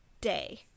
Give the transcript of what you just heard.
day